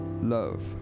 love